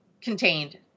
contained